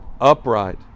upright